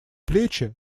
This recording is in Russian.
плечи